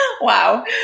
wow